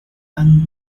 and